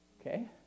Okay